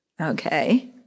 Okay